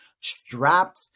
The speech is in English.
strapped